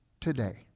today